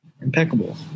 Impeccable